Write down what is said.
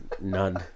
None